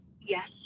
Yes